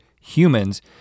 humans